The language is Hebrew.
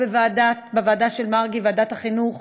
או בוועדה של מרגי, בוועדת החינוך,